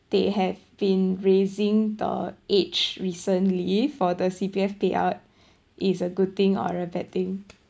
they have been raising the age recently for the C_P_F payout is a good thing or a bad thing